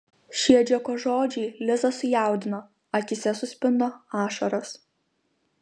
šie džeko žodžiai lizą sujaudino akyse suspindo ašaros